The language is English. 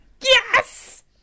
Yes